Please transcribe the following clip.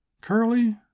Curly